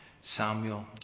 Samuel